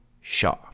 Shaw